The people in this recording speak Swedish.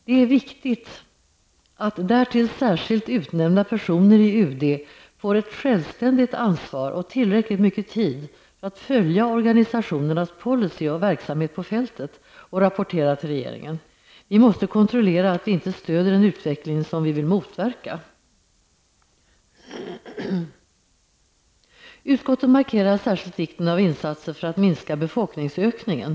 Det är viktigt att därtill särskilt utnämnda personer i UD får självständigt ansvar och tillräckligt mycket tid att följa organisationernas policy och verksamhet på fältet och rapporterar till regeringen. Vi måste kontrollera så att vi inte stöder en utveckling som vi vill motverka! Utskottet markerar särskilt vikten av insatser för att minska befolkningsökningen.